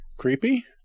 creepy